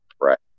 right